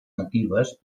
natives